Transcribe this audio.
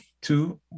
two